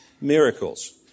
miracles